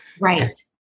Right